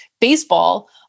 baseball